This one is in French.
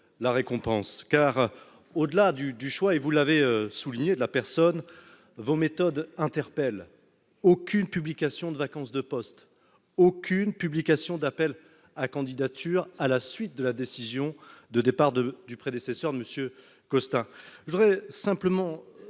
la récompense car au-delà du du choix et vous l'avez souligné de la personne vos méthodes interpelle aucune publication de vacance de postes, aucune publication d'appel à candidature, à la suite de la décision de départ de du prédécesseur de Monsieur Costa je voudrais simplement